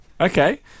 Okay